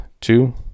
two